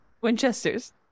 Winchester's